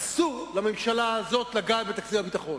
אסור לממשלה הזאת לגעת בתקציב הביטחון.